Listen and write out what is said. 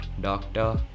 doctor